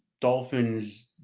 Dolphins